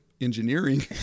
engineering